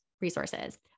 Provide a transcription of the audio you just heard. resources